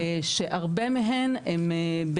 שהרבה מהן הן,